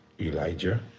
Elijah